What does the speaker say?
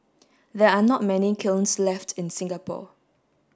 there are not many kilns left in Singapore